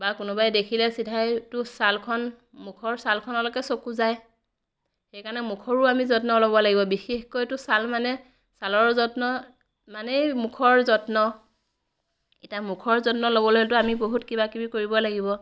বা কোনোবাই দেখিলে চিধাইতো ছালখন মুখৰ ছালখনলৈকে চকু যায় সেই কাৰণে মুখৰো আমি যত্ন ল'ব লাগিব বিশেষকৈতো ছাল মানে ছালৰ যত্ন মানেই মুখৰ যত্ন এতিয়া মুখৰ যত্ন ল'বলৈতো আমি বহুত কিবা কিবি কৰিব লাগিব